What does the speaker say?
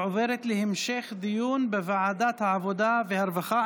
ועוברת להמשך דיון בוועדת העבודה והרווחה.